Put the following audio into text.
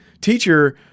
teacher